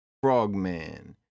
Frogman